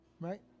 Right